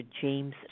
James